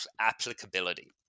applicability